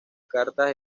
cartas